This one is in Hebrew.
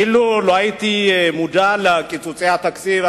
אילו לא הייתי מודע לקיצוצי התקציב,